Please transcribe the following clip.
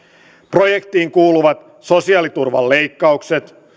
projektiin kuuluvat sosiaaliturvan leikkaukset